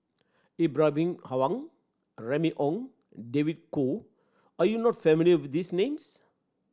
Ibrahim Awang Remy Ong David Kwo are you not familiar with these names